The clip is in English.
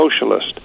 socialist